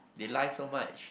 they lie so much